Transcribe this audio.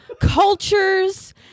cultures